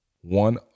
one